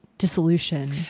dissolution